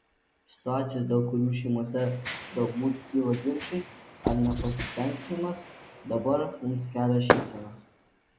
situacijos dėl kurių šeimose galbūt kyla ginčai ar nepasitenkinimas dabar mums kelia šypseną